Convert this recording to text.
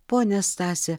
ponia stase